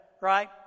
right